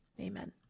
Amen